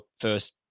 First